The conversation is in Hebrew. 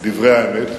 דברי האמת,